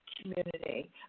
community